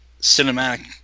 cinematic